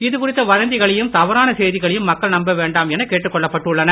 இதுகுறித்த வதந்திகளையம் தவறான செய்திகளையும் மக்கள் நம்ப வேண்டாம் என கேட்டுக் கொள்ளப்பட்டுள்ளனர்